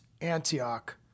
Antioch